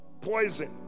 poison